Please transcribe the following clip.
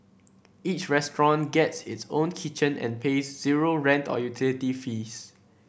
each restaurant gets its own kitchen and pays zero rent or utility fees